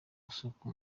gusaka